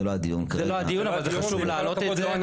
זה לא הדיון, אבל חשוב לעלות את זה.